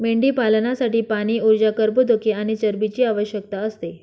मेंढीपालनासाठी पाणी, ऊर्जा, कर्बोदके आणि चरबीची आवश्यकता असते